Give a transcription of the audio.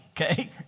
okay